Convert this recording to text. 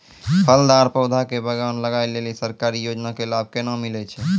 फलदार पौधा के बगान लगाय लेली सरकारी योजना के लाभ केना मिलै छै?